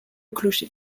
clocher